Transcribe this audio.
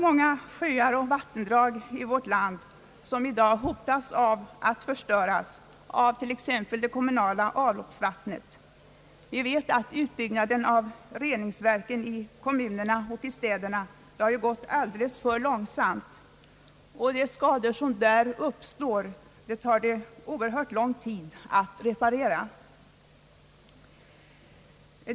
Många sjöar och vattendrag i vårt land hotas i dag att förstöras av t.ex. det kommunala avloppsvattnet. Vi vet att utbyggnaden av reningsverken i kommunerna och städerna har gått alldeles för långsamt. De skador som på det sättet uppstår tar det oerhört lång tid att reparera.